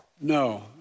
No